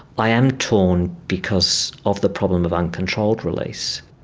i am torn because of the problem of uncontrolled release.